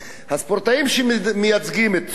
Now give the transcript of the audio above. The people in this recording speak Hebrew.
הספורטאים שמייצגים את צרפת,